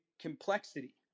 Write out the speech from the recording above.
complexity